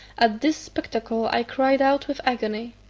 at this spectacle i cried out with agony.